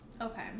Okay